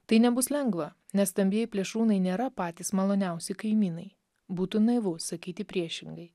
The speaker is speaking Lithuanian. tai nebus lengva nes stambieji plėšrūnai nėra patys maloniausi kaimynai būtų naivu sakyti priešingai